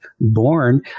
born